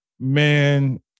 man